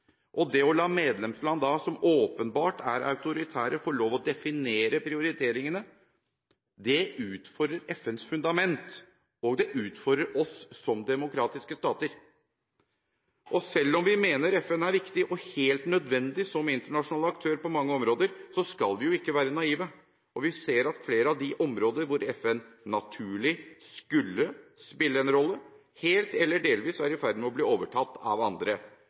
Det å la medlemsland som åpenbart er autoritære, få lov å definere prioriteringene utfordrer FNs fundament, og det utfordrer oss som demokratiske stater. Selv om vi mener FN er viktig og helt nødvendig som internasjonal aktør på mange områder, skal vi ikke være naive. Vi ser at flere av de områdene hvor FN naturlig skulle spille en rolle, helt eller delvis er i ferd med å bli overtatt av andre.